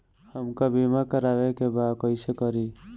हमका बीमा करावे के बा कईसे करी?